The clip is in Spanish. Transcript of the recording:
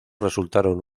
resultaron